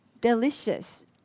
delicious